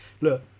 look